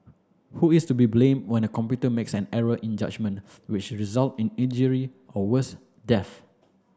who is to be blamed when a computer makes an error in judgement which result in injury or worse death